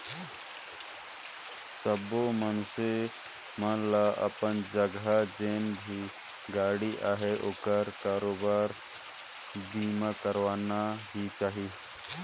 सबो मइनसे मन ल अपन जघा जेन भी गाड़ी अहे ओखर बरोबर बीमा करवाना ही चाही